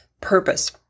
purpose